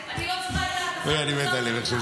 אני נולדתי יהודייה להורים יהודים.